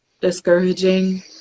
discouraging